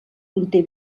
conté